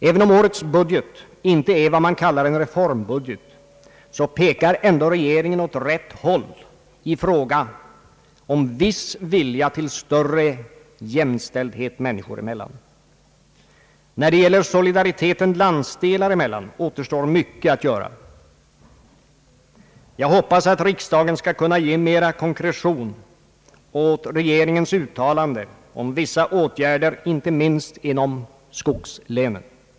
Även om årets budget inte är vad man kallar en reformbudget, pekar ändå regeringen åt rätt håll i fråga om viss vilja till större jämställdhet människor emellan. När det gäller solidariteten landsdelar emellan återstår mycket att göra. Jag hoppas att riksdagen skall kunna ge mera konkretion åt re geringens uttalande om vissa åtgärder inte minst inom skogslänen.